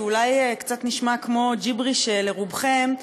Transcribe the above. שאולי קצת נשמע כמו ג'יבריש לרובכם,